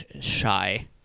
shy